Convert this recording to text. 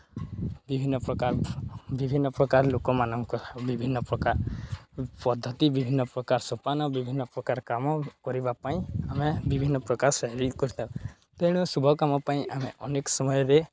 ବିଭିନ୍ନପ୍ରକାର ବିଭିନ୍ନପ୍ରକାର ଲୋକମାନଙ୍କ ବିଭିନ୍ନପ୍ରକାର ପଦ୍ଧତି ବିଭିନ୍ନପ୍ରକାର ସୋପାନ ବିଭିନ୍ନପ୍ରକାର କାମ କରିବା ପାଇଁ ଆମେ ବିଭିନ୍ନପ୍ରକାର ଶୈଳୀ କରିଥାଉ ତେଣୁ ଶୁଭ କାମ ପାଇଁ ଆମେ ଅନେକ ସମୟରେ